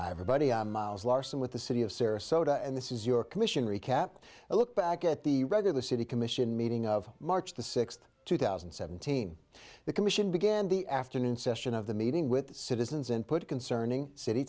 i have a buddy miles larson with the city of sarasota and this is your commission recap a look back at the regular city commission meeting of march the sixth two thousand and seventeen the commission began the afternoon session of the meeting with the citizens and put concerning city